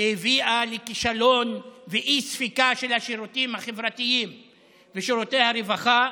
והביאה לכישלון ואי-ספיקה של השירותים החברתיים ושירותי הרווחה.